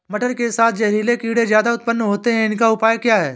मटर के साथ जहरीले कीड़े ज्यादा उत्पन्न होते हैं इनका उपाय क्या है?